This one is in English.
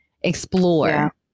explore